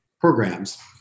programs